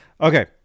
Okay